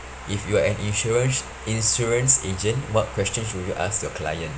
if you're an insurance insurance agent what question should you ask your client